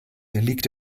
liegt